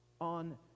on